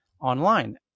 online